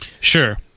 Sure